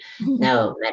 No